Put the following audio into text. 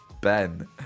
Ben